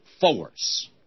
force